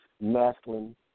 masculine